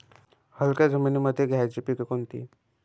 हलक्या जमीनीमंदी घ्यायची पिके कोनची?